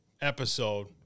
episode